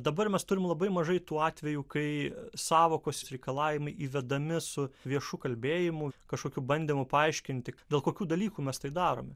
dabar mes turim labai mažai tų atvejų kai sąvokos reikalavimai įvedami su viešu kalbėjimu kažkokiu bandymu paaiškinti dėl kokių dalykų mes tai darome